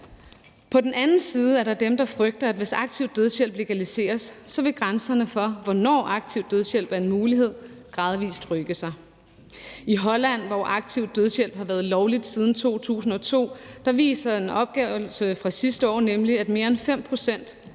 På den anden side er der dem, der frygter, at hvis aktiv dødshjælp legaliseres, vil grænserne for, hvornår aktiv dødshjælp er en mulighed, gradvis rykke sig. I Holland, hvor aktiv dødshjælp har været lovligt siden 2002, viser en opgørelse fra sidste år nemlig, at mere end 5 pct.